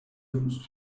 difference